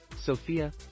Sophia